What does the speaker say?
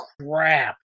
crap